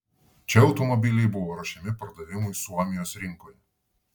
čia automobiliai buvo ruošiami pardavimui suomijos rinkoje